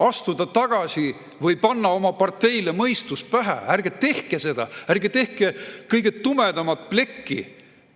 astuda tagasi või panna oma parteile mõistus pähe: ärge tehke seda. Ärge tehke kõige tumedamat plekki